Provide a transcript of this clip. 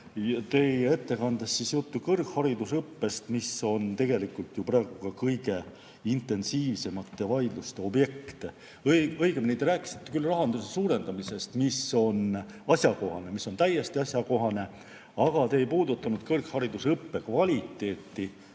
teie ettekandes juttu kõrgharidusõppest, mis on tegelikult ju praegu ka kõige intensiivsemate vaidluste objekt, või õigemini, te rääkisite küll rahastuse suurendamisest, mis on asjakohane, mis on täiesti asjakohane, aga te ei puudutanud kõrghariduse õppekvaliteeti.